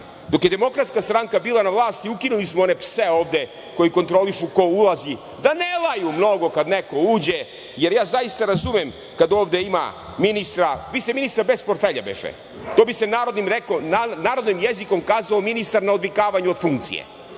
kraj, dok je DS bila na vlasti ukinuli smo one pse ovde koji kontrolišu ko ulazi, da ne laju mnogo kada neko uđe, jer ja razumem kada ovde ima ministra, vi ste ministar bez portfelja, beše, to bi se narodnim jezikom kazalo – ministar na odvikavanju od funkcije.